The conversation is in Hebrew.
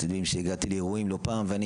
אתם יודעים שהגעתי לאירועים לא פעם ואני